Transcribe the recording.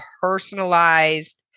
personalized